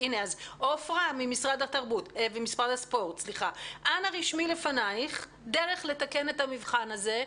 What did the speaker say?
אז עפרה, אנא רשמי לפנייך דרך לתקן את המבחן הזה: